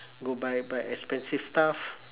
go buy buy expensive stuff